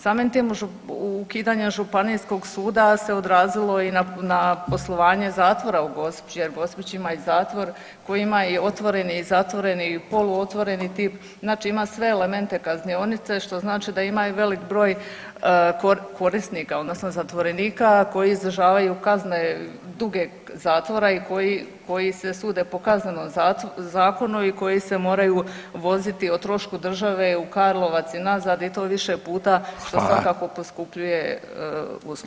Samim tim ukidanja županijskog suda se odrazilo i na poslovanje zatvora u Gospiću jer Gospić ima i zatvor koji ima i otvoreni i zatvoreni i poluotvoreni tip, znači ima sve elemente kaznionice, što znači da ima i velik broj korisnika odnosno zatvorenika koji izdržavaju kazne duge zatvora i koji, koji se sude po Kaznenom zakonu i koji se moraju voziti o trošku države u Karlovac i nazad i to više puta, što svakako poskupljuje uslugu.